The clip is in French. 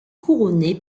couronné